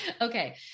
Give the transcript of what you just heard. Okay